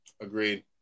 agreed